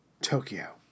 Tokyo